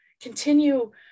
continue